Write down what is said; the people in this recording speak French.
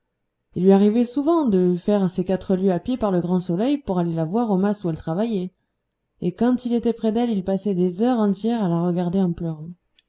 il lui arrivait souvent de faire ses quatre lieues à pied par le grand soleil pour aller la voir au mas où elle travaillait et quand il était près d'elle il passait des heures entières à la regarder en pleurant